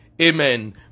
Amen